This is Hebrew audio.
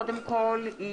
קודם כול,